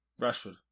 Rashford